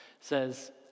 says